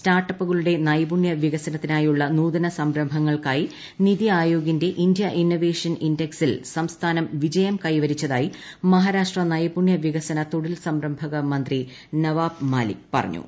സ്റ്റാർട്ടപ്പുകളുടെ നൈപുണ്യ വികസനത്തിനായുള്ള നൂതന സംരംഭങ്ങൾക്കായി നിതി ആയോഗിന്റെ ഇന്ത്യ ഇന്നൊവേഷൻ ഇൻഡെക്സിൽ സംസ്ഥാനം വിജയം ക്ടൈവരിച്ചതായി മഹാരാഷ്ട്ര നൈപുണ്യ വികസന തൊഴിൽ സംരംഭക മുത്തി നവാബ് മാലിക് പറഞ്ഞു